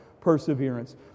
perseverance